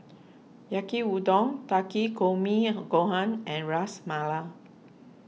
Yaki Udon Takikomi Gohan and Ras Malai